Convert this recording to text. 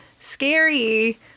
scary